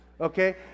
okay